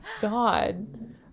God